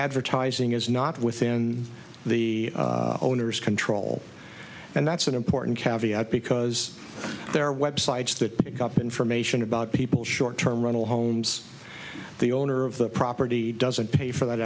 advertising is not within the owner's control and that's an important caveat because there are websites that pick up information about people short term rental homes the owner of the property doesn't pay for that